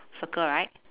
circle right